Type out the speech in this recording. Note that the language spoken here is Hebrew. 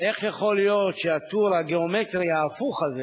איך יכול להיות שהטור הגיאומטרי ההפוך הזה